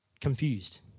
confused